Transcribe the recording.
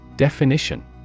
Definition